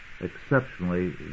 exceptionally